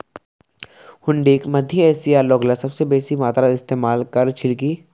हुंडीक मध्य एशियार लोगला सबस बेसी मात्रात इस्तमाल कर छिल की